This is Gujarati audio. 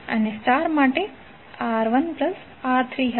અને સ્ટારમા R1 R3 થશે